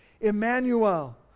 Emmanuel